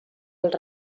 els